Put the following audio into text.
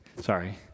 sorry